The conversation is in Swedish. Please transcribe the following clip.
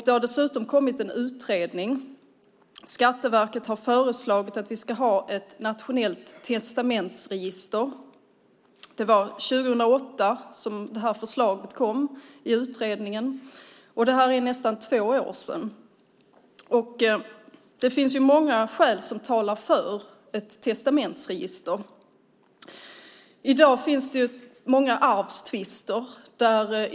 Det har dessutom kommit en utredning, och Skatteverket har föreslagit att vi ska ha ett nationellt testamentsregister. Det var 2008 som utredningens förslag kom. Det är nästan två år sedan. Det finns många skäl för ett testamentsregister. I dag finns det många arvstvister.